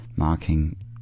marking